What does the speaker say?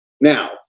Now